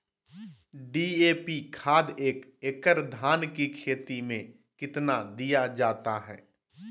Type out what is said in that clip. DAP खाद एक एकड़ धान की खेती में कितना दीया जाता है?